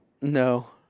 No